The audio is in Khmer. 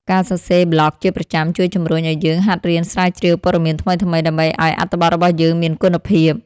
ការសរសេរប្លក់ជាប្រចាំជួយជម្រុញឱ្យយើងហាត់រៀនស្រាវជ្រាវព័ត៌មានថ្មីៗ ដើម្បីឱ្យអត្ថបទរបស់យើងមានគុណភាព។